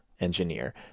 engineer